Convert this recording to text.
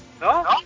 No